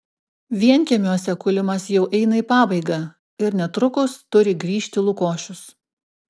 vienkiemiuose kūlimas jau eina į pabaigą ir netrukus turi grįžti lukošius